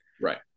right